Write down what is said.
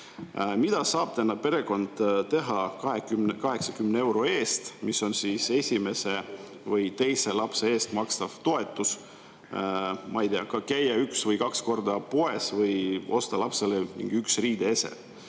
Mida saab täna perekond teha 80 euro eest, mis on esimese või teise lapse eest makstav toetus? Ma ei tea, käia üks või kaks korda poes või osta lapsele ühe riideeseme,